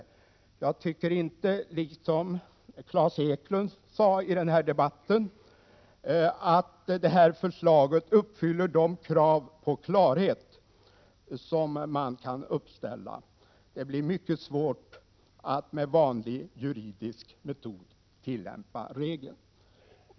I likhet med vad chefs-JO Claes Eklundh har sagt i debatten tycker inte jag att det här förslaget uppfyller de krav på klarhet som kan ställas. Det blir mycket svårt att tillämpa regeln med vanliga juridiska metoder.